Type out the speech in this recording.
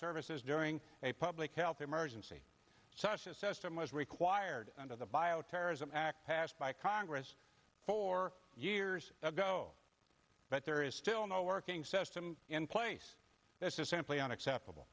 services during a public health emergency such a system was required under the bioterrorism act passed by congress four years ago but there is still no working system in place this is simply unacceptable